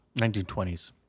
1920s